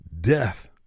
Death